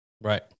right